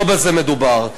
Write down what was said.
לא בזה מדובר.